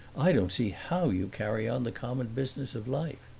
i don't see how you carry on the common business of life.